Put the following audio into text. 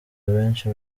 abenshi